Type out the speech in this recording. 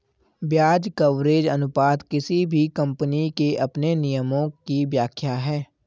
ब्याज कवरेज अनुपात किसी भी कम्पनी के अपने नियमों की व्याख्या है